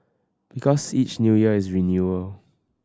because each New Year is renewal